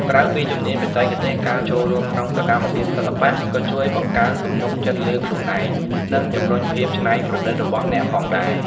ក្រៅពីជំនាញបច្ចេកទេស ការចូលរួមក្នុងសកម្មភាពសិល្បៈក៏ជួយបង្កើនទំនុកចិត្តលើខ្លួនឯង និងជំរុញភាពច្នៃប្រឌិតរបស់អ្នកផងដែរ។